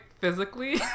physically